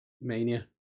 Mania